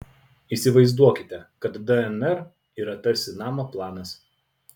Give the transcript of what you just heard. įsivaizduokite kad dnr yra tarsi namo planas